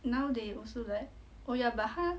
now they also like oh ya but 她